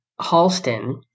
Halston